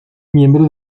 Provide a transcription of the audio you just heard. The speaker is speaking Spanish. miembro